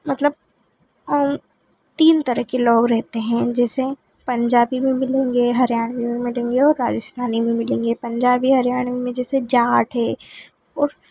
मतलब तीन तरह के लोग रहते हैं जैसे पंजाबी भी मिलेंगे हरियाणवी भी मिलेंगे और राजस्थानी भी मिलेंगे पंजाबी हरियाणवी में जैसे जाट है और